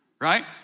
right